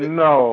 no